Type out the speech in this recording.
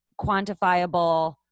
quantifiable